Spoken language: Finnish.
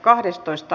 asia